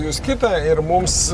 jūs kitą ir mums